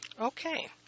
Okay